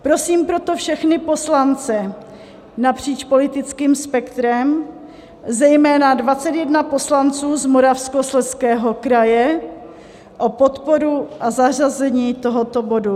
Prosím proto všechny poslance napříč politickým spektrem, zejména 21 poslanců z Moravskoslezského kraje, o podporu a zařazení tohoto bodu.